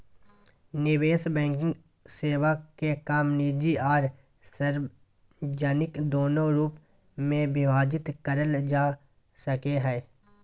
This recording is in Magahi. निवेश बैंकिंग सेवा के काम निजी आर सार्वजनिक दोनों रूप मे विभाजित करल जा सको हय